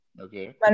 Okay